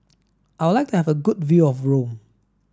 I would like to have a good view of Rome